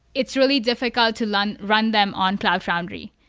it's really difficult to run run them on cloud foundry,